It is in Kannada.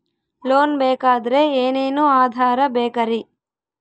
ಲೋನ್ ಬೇಕಾದ್ರೆ ಏನೇನು ಆಧಾರ ಬೇಕರಿ?